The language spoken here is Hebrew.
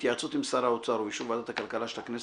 בהתייעצות עם שר האוצר ובאישור ועדת הכלכלה של הכנסת,